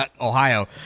Ohio